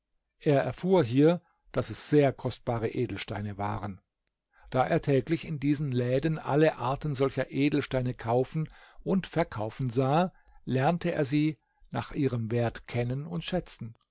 er erfuhr hier daß es sehr kostbare edelsteine waren da er täglich in diesen läden alle arten solcher edelsteine kaufen und verkaufen sah lernte er sie nach ihrem wert kennen und schätzen